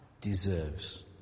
deserves